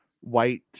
white